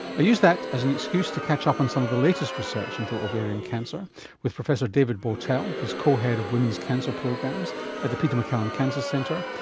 i used that as an excuse to catch up on some of the latest research into ovarian cancer with professor david bowtell who is cohead of women's cancer programs at the peter maccallum cancer centre,